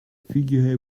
figurez